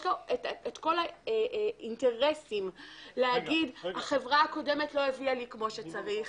יש לו את כל האינטרסים להגיד שהחברה הקודמת לא העבירה כמו שצריך,